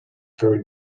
very